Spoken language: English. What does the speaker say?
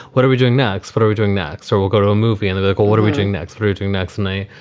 what are we doing next? what are we doing, max? or we'll go to a movie. and levitical, what are we doing next? routine next night.